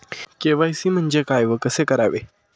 KYC म्हणजे काय व कसे करावे?